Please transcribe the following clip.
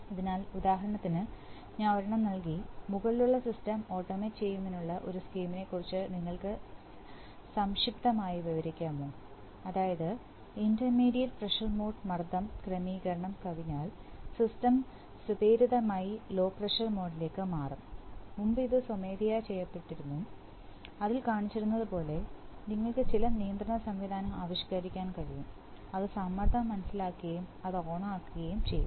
അതിനാൽ ഉദാഹരണത്തിന് ഞാൻ ഒരെണ്ണം നൽകി മുകളിലുള്ള സിസ്റ്റം ഓട്ടോമേറ്റ് ചെയ്യുന്നതിനുള്ള ഒരു സ്കീമിനെക്കുറിച്ച് നിങ്ങൾക്ക് സംക്ഷിപ്തമായി വിവരിക്കാമോ അതായത് ഇന്റർമീഡിയറ്റ് പ്രഷർ മോഡ് മർദ്ദം ക്രമീകരണം കവിഞ്ഞാൽ സിസ്റ്റം സ്വപ്രേരിതമായി ലോ പ്രഷർ മോഡിലേക്ക് മാറും മുമ്പ് ഇത് സ്വമേധയാ ചെയ്യപ്പെട്ടിരുന്നു അതിൽ കാണിച്ചിരിക്കുന്നതുപോലെ നിങ്ങൾക്ക് ചില നിയന്ത്രണ സംവിധാനം ആവിഷ്കരിക്കാൻ കഴിയും അത് സമ്മർദ്ദം മനസ്സിലാക്കുകയും അത് ഓണാക്കുകയും ചെയ്യും